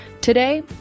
Today